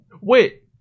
wait